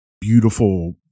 beautiful